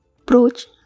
approach